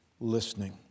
listening